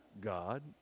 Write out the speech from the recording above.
God